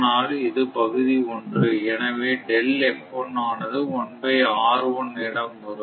ஆனால் இது பகுதி 1 எனவேஆனதுஇடம் வரும்